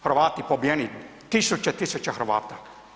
Hrvati pobijeni, tisuće, tisuće Hrvata.